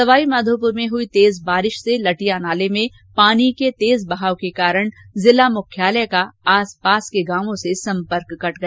सवाईमाधोपुर में हुई तेज बारिश से लेटिया नाले में पानी के तेज बहाव के कारण जिला मुख्यालय का आसपास के गांवों से संपर्क कट गया